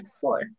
Four